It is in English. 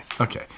okay